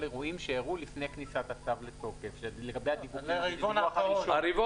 על אירועים שאירעו לפני כניסת הצו לתוקף - לגבי אותו רבעון.